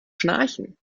schnarchen